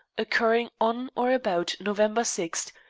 occurring on or about november sixth,